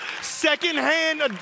secondhand